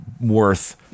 worth